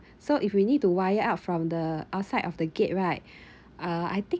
so if we need to wire up from the outside of the gate right uh I think